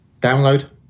download